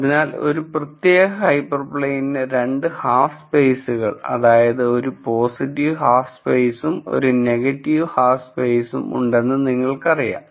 അതിനാൽ ഒരു പ്രത്യേക ഹൈപ്പർപ്ലെയ്നിന് 2 ഹാഫ് സ്പെയ്സുകൾ അതായത് ഒരു പോസിറ്റീവ് ഹാഫ് സ്പെയ്സും ഒരു നെഗറ്റീവ് ഹാഫ് സ്പെയ്സും ഉണ്ടെന്ന് നിങ്ങൾക്കറിയാം